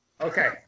Okay